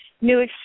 new